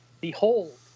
Behold